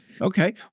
Okay